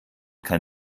kein